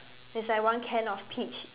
it's like one can of peach